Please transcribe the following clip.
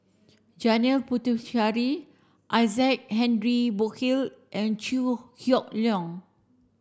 Janil Puthucheary Isaac Henry Burkill and Chew Hock Leong